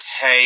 hey